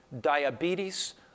diabetes